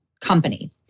company